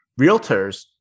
realtors